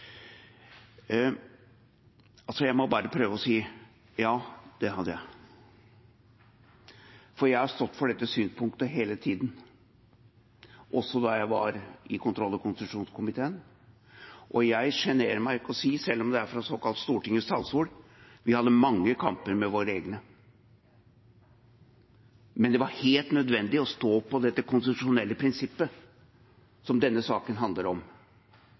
Jeg må bare si: Ja, det hadde jeg. Jeg har stått for dette synspunktet hele tiden, også da jeg var i kontroll- og konstitusjonskomiteen. Jeg sjenerer meg ikke for å si, selv om det er fra såkalt Stortingets talerstol, at vi hadde mange kamper med våre egne. Men det var helt nødvendig å stå på det konstitusjonelle prinsippet som denne saken handler om.